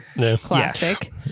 classic